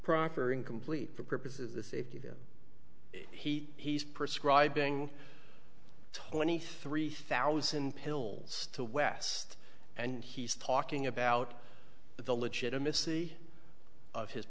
proffer incomplete for purposes the safety of heat he's prescribe being twenty three thousand pills to west and he's talking about the legitimacy of his